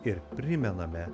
ir primename